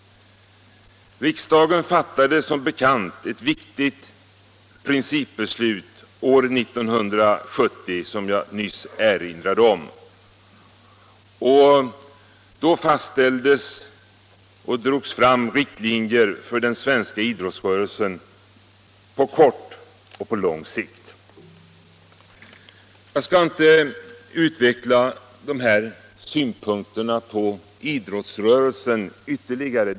Riksdagen fattade ett viktigt principbeslut år 1970, som jag nyss erinrade om. Då drog man upp riktlinjer för den svenska idrottsrörelsen på kort och lång sikt. Jag skall inte ytterligare utveckla dessa synpunkter på idrottsrörelsen.